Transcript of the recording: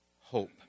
hope